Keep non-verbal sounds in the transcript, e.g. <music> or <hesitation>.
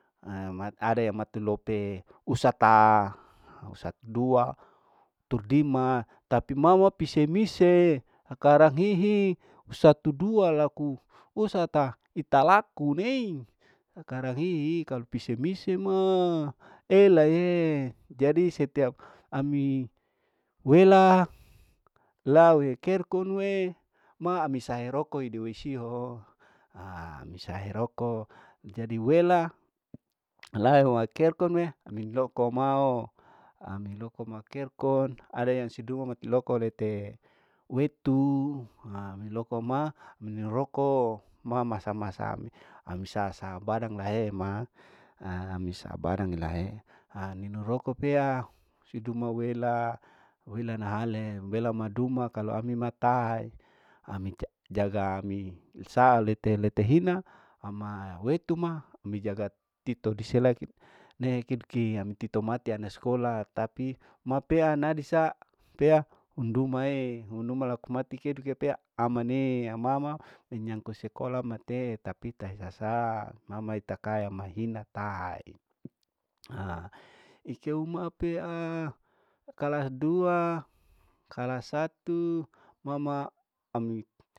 <hesitation> amat ada yang mati lopee usata usatdua tundima tapi mama pise mise sakarang hihi satu dua laku usata italaku nei sakarang hihi kalu pi mise ma elaee jadi setiap ami wela lawenu kerko nue ma ami sehe roko hiduei sihu aa misahe roko jadi wela alaheho wa kerko nue ami loko mao ami loko ma kerkon ada yang siduu mati roko rete, weitu na ami loko ma minu roko ma masamasa mi ami sabarang lae ma ami sabarang lae nin roko pea siduma wela, wela na hale wela ma duma kalu ami ma tahai ami ja jaga ami saale lete lete hina ama weitu ma ami jaga tito <unintelligible> ami tito mati ana skola tapi ma pea nadi saa pea hundumae, hunduma laku mati kedu ketea ama anea mama menyangkut sekola matee tapi tahi sasa mai taka mai hina tai ha ikeu ma pea kalas dua, kalas satu mama ami.